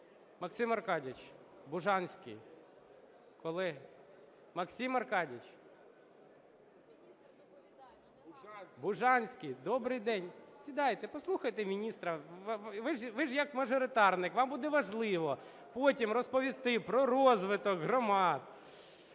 Максим Аркадійович Бужанський! Колеги! Максим Аркадійович! Бужанський, добрий день! Сідайте, послухайте міністра, ви ж як мажоритарник, вам буде важливо потім розповісти про розвиток громад.